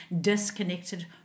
disconnected